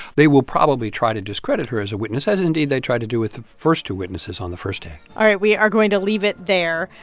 they will probably try to discredit her as a witness, as, indeed, they tried to do with the first two witnesses on the first day all right. we are going to leave it there.